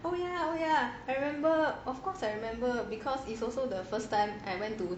oh ya oh ya I remember of course I remember because it's also the first time I went to